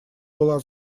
была